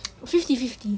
fifty fifty